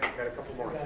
a couple more.